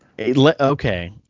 Okay